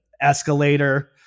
escalator